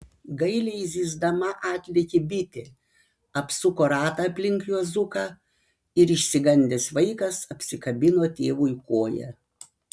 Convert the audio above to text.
gailiai zyzdama atlėkė bitė apsuko ratą aplink juozuką ir išsigandęs vaikas apsikabino tėvui koją